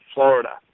Florida